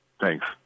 Thanks